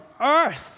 earth